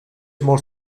molt